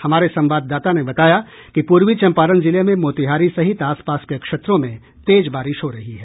हमारे संवाददाता ने बताया कि पूर्वी चंपारण जिले में मोतिहारी सहित आसपास के क्षेत्रों में तेज बारिश हो रही है